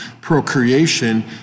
procreation